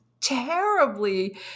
terribly